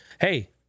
hey